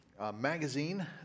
magazine